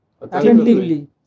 attentively